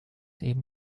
eben